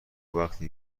وقتی